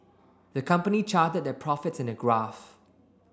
the company charted their profits in a graph